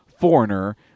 foreigner